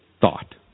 thought